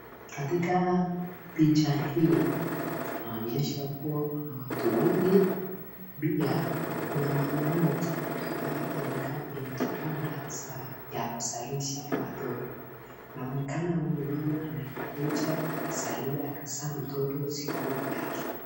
Katika picha hii inaonyesha kuwa kuna watu wengi . Pia kuna mama mmoja ambaye amekaa kwenye kitanda ya kuzalisha watoto. Inaonekana huyu mama amekuja azalie akazaa mtoto siku yake.